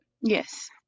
Yes